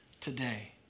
today